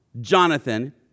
Jonathan